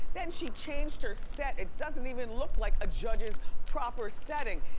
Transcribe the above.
then she changed her set. it doesn't even look like a judge's proper setting.